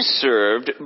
served